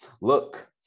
look